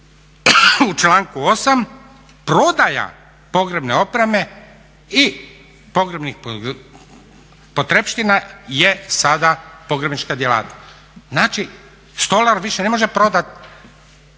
u članku 8., prodaja pogrebne opreme i pogrebnih potrepština je sada pogrebnička djelatnost. Znači, stolar više ne može prodati